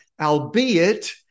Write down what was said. Albeit